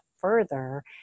further